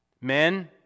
Men